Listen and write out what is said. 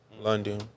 London